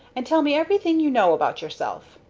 and tell me everything you know about yourself.